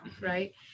right